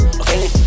Okay